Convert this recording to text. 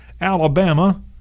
Alabama